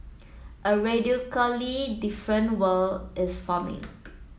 a radically different world is forming